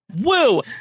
Woo